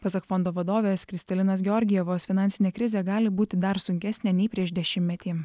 pasak fondo vadovės kristelinos georgijevos finansinė krizė gali būti dar sunkesnė nei prieš dešimtmetį